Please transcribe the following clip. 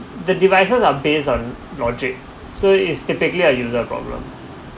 the devices are based on logic so it's typically a user problem